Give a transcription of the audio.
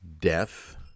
death